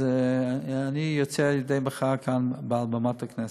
אז אני יוצא במחאה כאן מעל במת הכנסת.